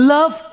Love